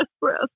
breath